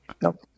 Nope